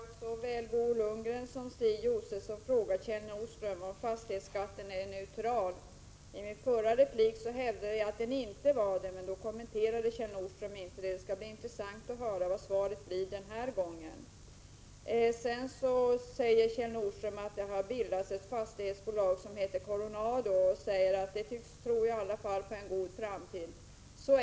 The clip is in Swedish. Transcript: Fru talman! Nu har såväl Bo Lundgren som Stig Josefson frågat Kjell Nordström om fastighetsskatten är neutral. I min förra replik hävdade jag att den inte var det, men detta kommenterade inte Kjell Nordström. Det skall bli intressant att höra vad svaret blir denna gång. Kjell Nordström säger att det har bildats ett fastighetsbolag som heter Coronado och att detta tycks tro på en god framtid.